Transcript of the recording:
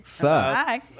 hi